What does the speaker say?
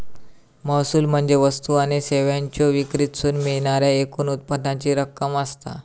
महसूल म्हणजे वस्तू आणि सेवांच्यो विक्रीतसून मिळणाऱ्या एकूण उत्पन्नाची रक्कम असता